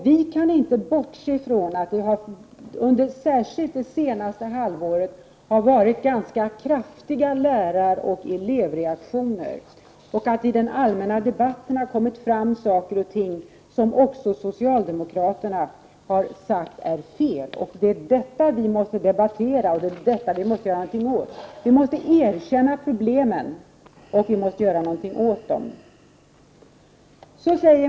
Vi kan inte bortse från att det särskilt under det senaste halvåret har förekommit ganska kraftiga läraroch elevreaktioner, och att det i den allmänna debatten har Prot. 1988/89:120 kommit fram saker som också socialdemokraterna har sagt är fel. Det är 24 maj 1989 detta vi måste debattera, och det är detta vi måste göra någonting åt. Vi måste erkänna problemen, och vi måste göra någonting åt dem.